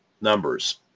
numbers